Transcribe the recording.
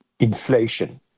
Inflation